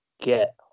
get